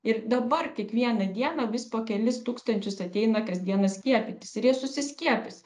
ir dabar tik vieną dieną vis po kelis tūkstančius ateina kasdieną skiepytis ir jie susiskiepys